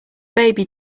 baby